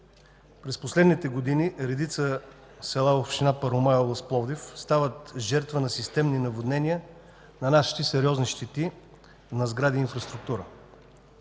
през последните години редица села в община Първомай, област Пловдив, стават жертва на системни наводнения, нанасят и сериозни щети на сгради и инфраструктура.